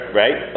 right